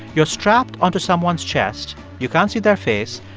you're strapped onto someone's chest, you can't see their face.